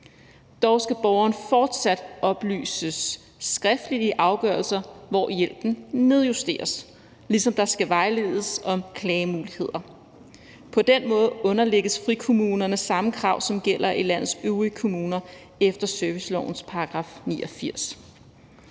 Dog skal borgeren fortsat oplyses skriftligt i afgørelser, hvor hjælpen nedjusteres, ligesom der skal vejledes om klagemuligheder. På den måde underlægges frikommunerne samme krav, som gælder i landets øvrige kommuner efter servicelovens § 89.